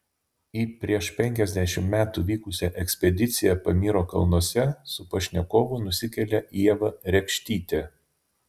į prieš penkiasdešimt metų vykusią ekspediciją pamyro kalnuose su pašnekovu nusikelia ieva rekštytė